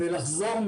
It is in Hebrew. ולחזור,